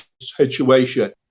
situation